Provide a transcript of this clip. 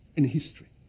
in history,